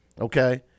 Okay